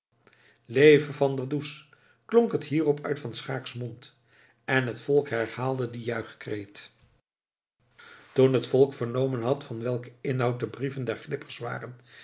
leve van der does klonk het hierop uit van schaecks mond en het volk herhaalde dien juichkreet toen het volk vernomen had van welken inhoud de brieven der glippers waren